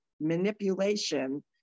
manipulation